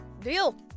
deal